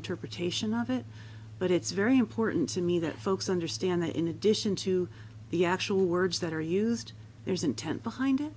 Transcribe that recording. interpretation of it but it's very important to me that folks understand that in addition to the actual words that are used there's intent behind it